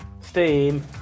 steam